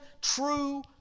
true